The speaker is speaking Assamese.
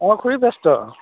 অঁ খুৰী ব্যস্ত